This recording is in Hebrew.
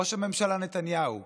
ראש הממשלה נתניהו,